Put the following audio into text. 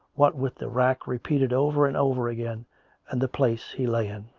what with the racking repeated over and over again and the place he lay in.